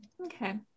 Okay